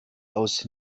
aus